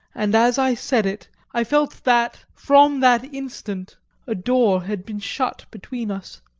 and as i said it i felt that from that instant a door had been shut between us.